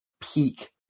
peak